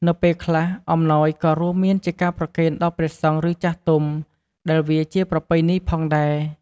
នៅពេលខ្លះ អំណោយក៏រួមមានជាការប្រគេនដល់ព្រះសង្ឃ ឬចាស់ទុំដែលវាជាប្រពៃណីផងដែរ។